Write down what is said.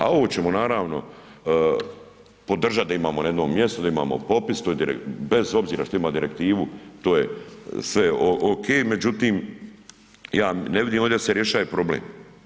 A ovo ćemo naravno podržati da imamo na jednom mjestu, da imamo popis, bez obzira što ima direktivu to je sve ok, međutim, ja ne vidim ovdje da se rješaje problem.